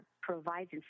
provides